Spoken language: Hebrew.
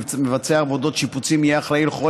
מבצע עבודות שיפוצים יהיה אחראי לכל